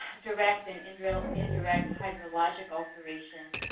direct and indirect indirect hydrologic alteration,